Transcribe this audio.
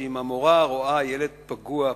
אם המורה רואה ילד פגוע,